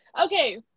okay